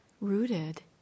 rooted